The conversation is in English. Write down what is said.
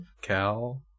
Cal